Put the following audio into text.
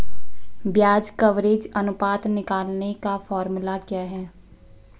ब्याज कवरेज अनुपात निकालने का फॉर्मूला क्या है?